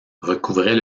recouvrait